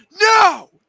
no